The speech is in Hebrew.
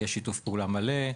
יש שיתוף פעולה מלא.